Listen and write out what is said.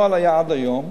עד היום,